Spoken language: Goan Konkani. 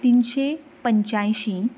तिनशे पंच्यांयशीं